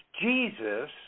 Jesus